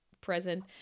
present